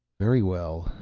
very well,